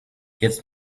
jetzt